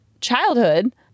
childhood